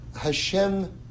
Hashem